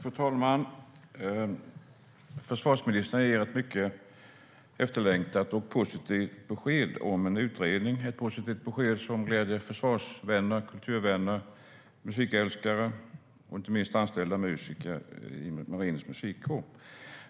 Fru talman! Försvarsministern ger ett mycket efterlängtat och positivt besked om en utredning - ett positivt besked som gläder försvarsvänner, kulturvänner, musikälskare och inte minst anställda musiker i Marinens Musikkår.